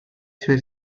suoi